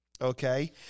Okay